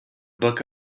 book